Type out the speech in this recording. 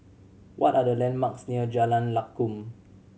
what are the landmarks near Jalan Lakum